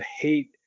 hate